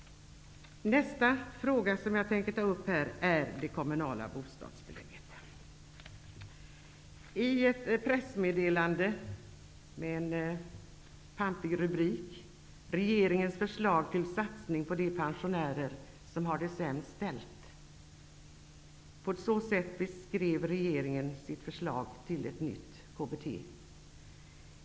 Nästa fråga som jag tänkte ta upp gäller det kommunala bostadstillägget, KBT. Det finns ett pressmeddelande med den pampiga rubriken: Regeringens förslag till satsning på de pensionärer som har det sämst ställt. På det sättet har regeringen beskrivit sitt förslag till ett nytt KBT.